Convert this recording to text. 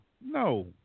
No